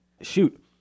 Shoot